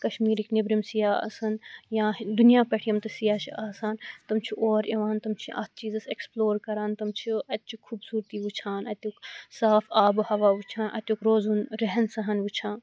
کشمِیٖرٕکۍ نؠبرِم سِیاح آسَن یا دُنیا پؠٹھ یِم تہِ سِیاح چھِ آسان تِم چھِ اور یِوان تِم چھِ اَتھ چِیٖزَس ایٚکٕسپٕلور کران تِم چھ اَتہِ چہِ خُوبصورتِی وُچھان اَتِیُک صاف آبہٕ ہوا وُچھان اَتِیُک روزُن ریٚہن سیٚہن وُچھان